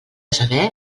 saber